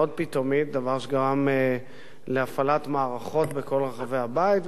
דבר שגרם להפלת מערכות בכל רחבי הבית ובכל השכונה.